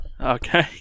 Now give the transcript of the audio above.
Okay